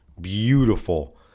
beautiful